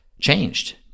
changed